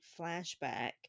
flashback